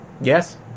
Yes